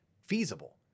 feasible